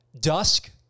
Dusk